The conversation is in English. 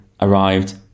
arrived